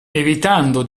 evitando